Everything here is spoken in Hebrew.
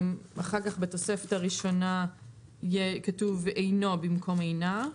בתוספת הראשונה כתוב "אינו" במקום "אינה.